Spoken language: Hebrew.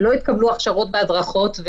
מבלי שהתקבלו הכשרות והדרכות.